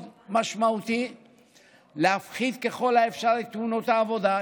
משמעותי להפחית ככל האפשר את תאונות העבודה.